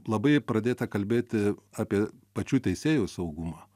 labai pradėta kalbėti apie pačių teisėjų saugumą